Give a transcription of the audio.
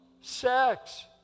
sex